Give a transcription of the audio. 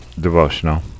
devotional